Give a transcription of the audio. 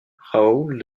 raoul